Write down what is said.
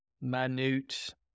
minute